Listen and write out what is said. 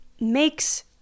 makes